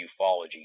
ufology